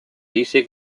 dice